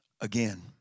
again